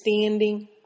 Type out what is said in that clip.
standing